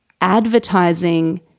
advertising